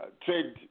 trade